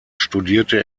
studierte